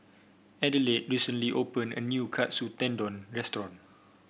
Adelaide recently opened a new Katsu Tendon Restaurant